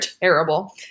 terrible